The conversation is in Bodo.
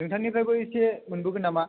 नोंथांनिफ्रायबो एसे मोनबोगोन नामा